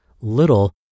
little